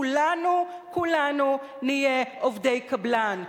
כולנו כולנו נהיה עובדי קבלן.